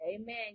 Amen